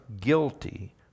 guilty